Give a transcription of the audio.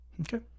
okay